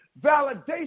Validation